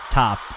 top